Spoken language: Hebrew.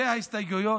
אלו ההסתייגויות.